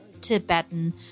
Tibetan